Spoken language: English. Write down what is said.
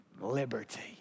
liberty